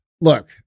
look